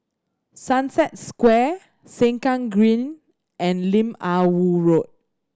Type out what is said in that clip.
Sunset Square Sengkang Green and Lim Ah Woo Road